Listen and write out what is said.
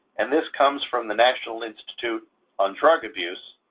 and this comes from the national institute on drug abuse.